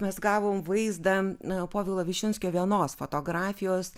mes gavom vaizdą na povilo višinskio vienos fotografijos